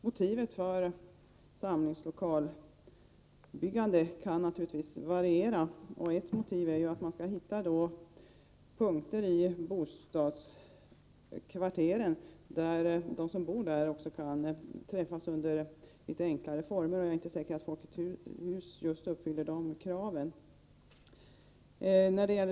Motiven för samlingslokalbyggande kan naturligtvis variera. Ett motiv är att man skall hitta samlingspunkter i bostadskvarteren där de boende kan träffas under litet enklare former. Det är inte säkert att Folkets hus uppfyller de kraven.